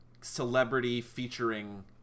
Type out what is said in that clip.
celebrity-featuring